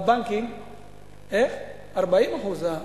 לפי החלטת הנגיד.